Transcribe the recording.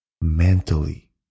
mentally